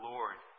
Lord